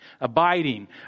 Abiding